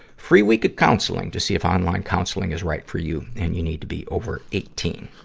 free week of counseling to see if online counseling is right for you. and you need to be over eighteen.